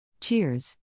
Cheers